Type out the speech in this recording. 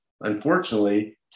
unfortunately